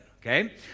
Okay